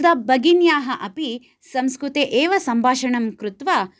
अत्र भगिन्याः अपि संस्कृते एव सम्भाषणं कृत्वा